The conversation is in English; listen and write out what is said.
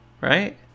right